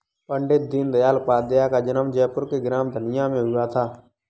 पण्डित दीनदयाल उपाध्याय का जन्म जयपुर के ग्राम धनिया में हुआ था